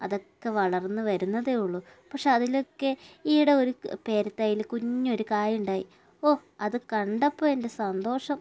അതൊക്കെ വളർന്നു വരുന്നതേ ഉള്ളു പക്ഷെ അതിലൊക്കെ ഈയിടെ ഒരു പേര തയ്യില് കുഞ്ഞൊരു കായ് ഉണ്ടായി ഓ അത് കണ്ടപ്പോൾ എൻ്റെ സന്തോഷം